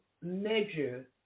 measure